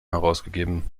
herausgegeben